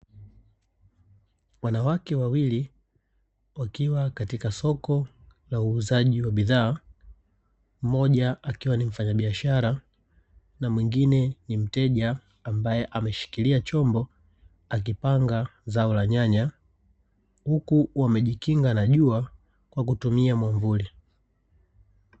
Wanawake wawili wakiwa katika soko la uuzaji wa bidhaa, mmoja akiwa ni mfanyabiashara na mwingine ni mteja ambae ameshikilia chombo akipanga zao la nyanya huku wamejikinga na jua kwa kutumia muamvuli.